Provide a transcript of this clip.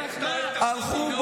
הלכו,